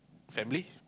family